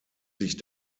sich